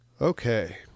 Okay